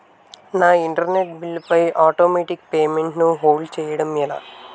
నా internet bill పై automatic payment ను హోల్డ్ చేయటం ఎలా?